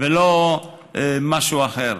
ולא משהו אחר.